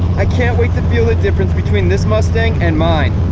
i can't wait to feel the difference between this mustang and mine.